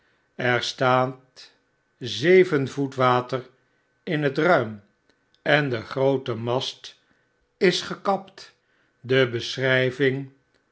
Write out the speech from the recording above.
er staat zeven voet water in het ruim en de groote mast is gekapt de beschrgving